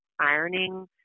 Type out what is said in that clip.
ironing